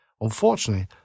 Unfortunately